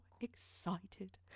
excited